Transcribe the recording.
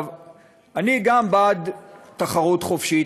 אני גם בעד תחרות חופשית,